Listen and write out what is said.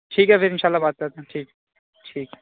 ٹھیک ہے پھر ان شاء اللہ بات کرتے ہیں ٹھیک ٹھیک